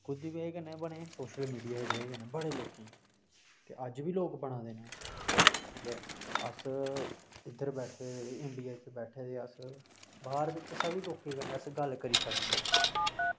कोह्दी बजह कन्नै बने सोशल मीडिया दी बजह कन्नै बड़े लोकें गी ते अज्ज बी लोग बना दे न ठीक ऐ अस इद्धर बैठे दे इंडिया च बैठे दे अस बाह्र दिक्खो कुसै बी लोकें कन्नै गल्ल करी सकने